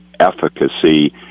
efficacy